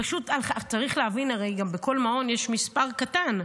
פשוט, צריך להבין, הרי בכל מעון יש מספר קטן.